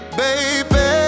baby